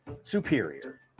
Superior